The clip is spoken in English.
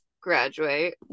Graduate